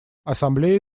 ассамблея